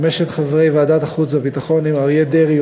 וחמשת חברי ועדת החוץ והביטחון הם אריה דרעי,